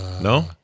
No